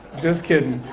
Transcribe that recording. just kidding.